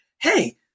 hey